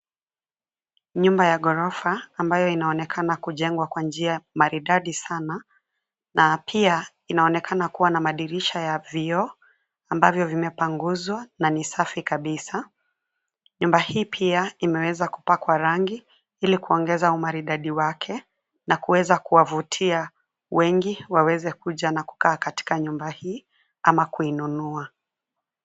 Nyumba ya ghorofa ambayo inaonekana kujengwa kwa njia ya maridadi sana. Na pia inaonekana kuwa na madirisha ya vioo, ambavyo vimepanguzwa na ni safi kabisa. Nyumba hii pia imeweza kupakwa rangi ili kuongeza umaridadi wake na kuweza kuwavutia wengi waweze kuja na kukaa katika nyumba hii ama kuinunua.